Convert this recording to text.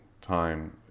time